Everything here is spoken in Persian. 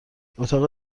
اتاق